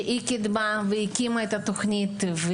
שקידמה והקימה את התוכנית.